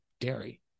dairy